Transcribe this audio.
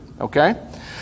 Okay